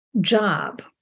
job